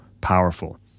powerful